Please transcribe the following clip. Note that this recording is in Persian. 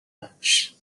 وحش